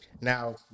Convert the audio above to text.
Now